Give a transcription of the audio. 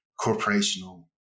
corporational